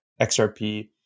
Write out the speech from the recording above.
XRP